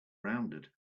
rounded